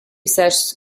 says